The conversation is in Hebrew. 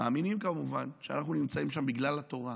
מאמינים כמובן שאנחנו נמצאים שם בגלל התורה,